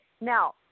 Now